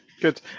Good